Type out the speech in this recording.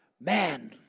Man